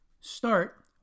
Start